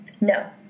No